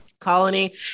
colony